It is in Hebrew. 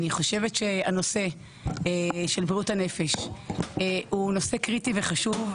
אני חושבת שהנושא של בריאות הנפש הוא נושא קריטי וחשוב,